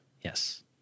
Yes